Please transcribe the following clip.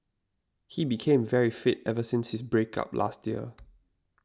he became very fit ever since his break up last year